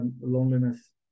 loneliness